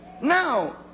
Now